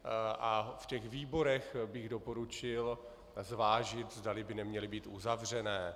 A v těch výborech bych doporučil zvážit, zdali by neměly být uzavřené.